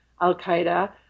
al-Qaeda